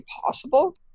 possible